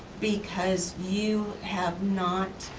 because you have not,